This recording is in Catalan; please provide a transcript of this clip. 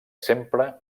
sempre